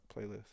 playlist